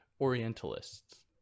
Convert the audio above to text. orientalists